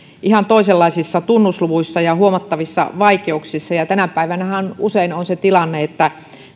ihan toisenlaisissa tunnusluvuissa ja huomattavissa vaikeuksissa tänä päivänähän usein on se tilanne että